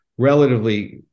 Relatively